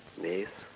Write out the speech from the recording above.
nice